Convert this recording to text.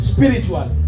Spiritual